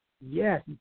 Yes